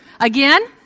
again